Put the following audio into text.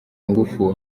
ngufu